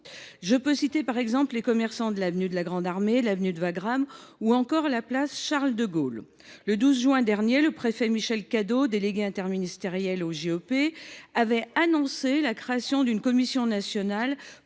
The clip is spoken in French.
Je peux citer, par exemple, les commerçants de l’avenue de la Grande Armée, de l’avenue de Wagram ou encore de la place Charles de Gaulle. Le 12 juin dernier, le préfet Michel Cadot, délégué interministériel aux JOP, avait annoncé la création d’une commission nationale